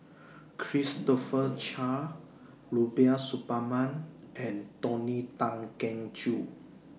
Christopher Chia Rubiah Suparman and Tony Tan Keng Joo